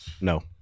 No